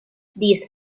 these